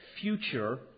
future